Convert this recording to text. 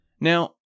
Now